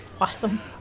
Awesome